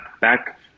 back